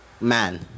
man